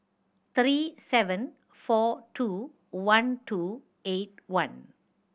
three seven four two one two eight one